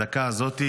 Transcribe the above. בדקה הזאת,